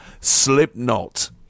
Slipknot